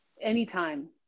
anytime